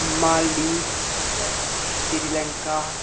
Maldives Sri Lanka